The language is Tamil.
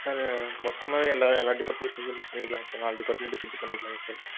சார் மொத்தமாகவே எல்லா எல்லா டிபார்ட்மென்டையும் சேர்ந்து பண்ணிக்கலாம்ங்க சார் நாலு டிபார்ட்மென்டையும் சேர்த்து பண்ணிக்கலாங்க சார்